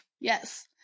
Yes